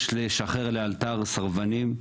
יש לשחרר לאלתר סרבנים.